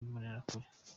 mbonerakure